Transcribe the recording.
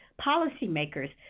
policymakers